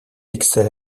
excelle